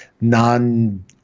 non